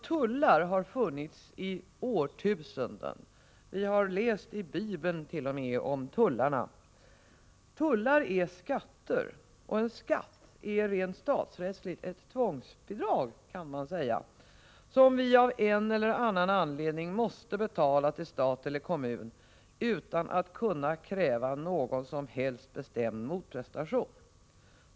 Tullar har funnits i årtusenden. Vi harläst t.o.m. i Bibeln om tullarna. Tullar är skatter, och skatt är rent statsrättsligt ett tvångsbidrag, kan man säga, som vi av en eller annan anledning måste betala till stat eller kommun utan att kunna kräva någon som helst bestämd motprestation.